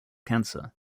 cancer